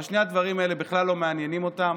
אבל שני הדברים האלה בכלל לא מעניינים אותם.